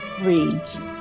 Reads